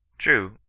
true,